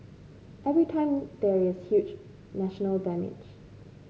every time there is huge national damage